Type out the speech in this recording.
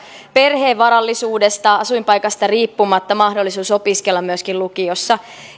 perhevarallisuudesta ja asuinpaikasta riippumatta mahdollisuus opiskella myöskin lukiossa